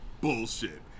bullshit